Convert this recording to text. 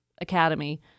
academy